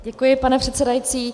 Děkuji, pane předsedající.